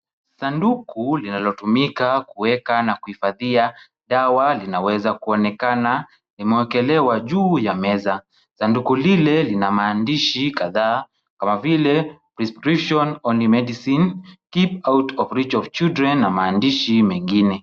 Sanduku linalotumika kuweka na kuhifadhia dawa linaweza kuonekana limewekelewa juu ya meza. Sanduku lile lina maandishi kadhaa kama vile description only medicine, keep out of reach of children na maandishi mengine.